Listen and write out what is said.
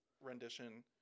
rendition